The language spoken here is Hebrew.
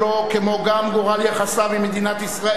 כמו גם גורל יחסיו עם מדינת ישראל,